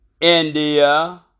India